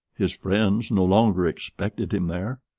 his friends no longer expected him there.